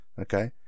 Okay